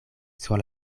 sur